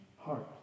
heart